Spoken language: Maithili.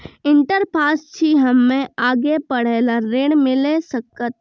इंटर पास छी हम्मे आगे पढ़े ला ऋण मिल सकत?